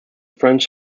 french